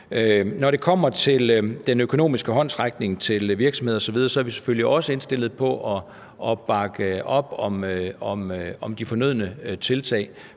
Når det kommer til den økonomiske håndsrækning til virksomheder osv., er vi selvfølgelig også indstillet på at bakke op om de fornødne tiltag